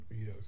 Yes